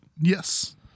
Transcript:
Yes